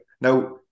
Now